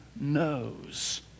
knows